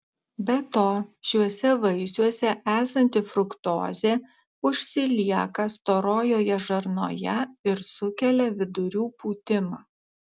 be to šiuose vaisiuose esanti fruktozė užsilieka storojoje žarnoje ir sukelia vidurių pūtimą